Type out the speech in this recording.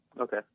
Okay